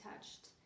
touched